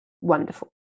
wonderful